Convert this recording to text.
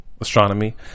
astronomy